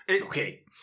Okay